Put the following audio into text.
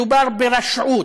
מדובר ברשעות,